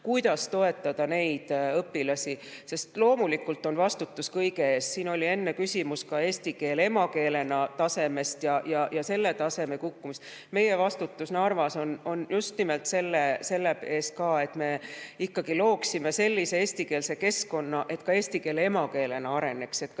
kuidas toetada neid õpilasi. Loomulikult on meil vastutus kõige eest. Siin oli enne küsimus ka eesti keelt emakeelena [rääkivate] õpilaste tasemest ja selle kukkumisest. Meie vastutus Narvas on just nimelt selle eest ka, et me ikkagi looksime sellise eestikeelse keskkonna, et ka eesti keel emakeelena areneks, ka